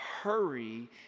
Hurry